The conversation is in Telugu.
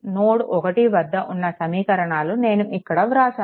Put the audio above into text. నోడ్1 వద్ద ఉన్న సమీకరణాలు నేను ఇక్కడ వ్రాసాను